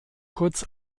kurz